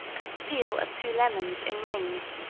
cut the peel of two lemons in rings,